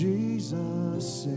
Jesus